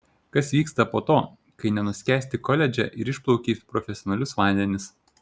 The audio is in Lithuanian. kas vyksta po to kai nenuskęsti koledže ir išplauki į profesionalius vandenis